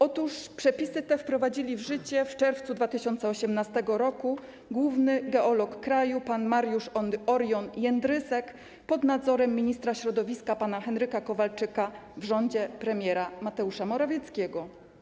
Otóż przepisy te wprowadzili w życie w czerwcu 2018 r. główny geolog kraju pan Mariusz Orion Jędrysek pod nadzorem ministra środowiska pana Henryka Kowalczyka w rządzie premiera Mateusza Morawieckiego.